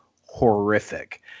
horrific